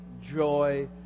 joy